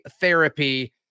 therapy